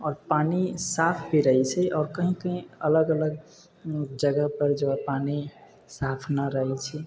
आओर पानि साफ भी रहै छै आओर कहीँ कहीँ अलग अलग जगहपर जे हइ पानि साफ नहि रहै छै